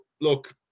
look